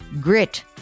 Grit